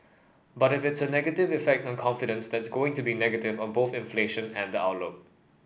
but if it's a negative effect on confidence that's going to be negative on both inflation and the outlook